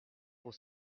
pour